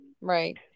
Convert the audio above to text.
Right